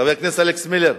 חבר הכנסת אלכס מילר,